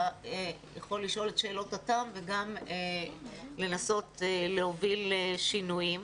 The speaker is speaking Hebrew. אתה יכול לשאול את שאלות הטעם וגם לנסות להוביל לשינויים.